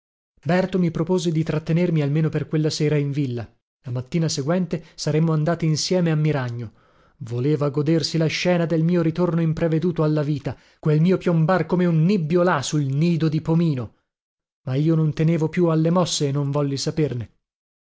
propose di trattenermi almeno per quella sera in villa la mattina seguente saremmo andati insieme a miragno voleva godersi la scena del mio ritorno impreveduto alla vita quel mio piombar come un nibbio là sul nido di pomino ma io non tenevo più alle mosse e non volli saperne